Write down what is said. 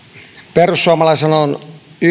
perussuomalaisilla on